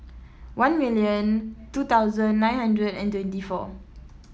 one million two thousand nine hundred and twenty four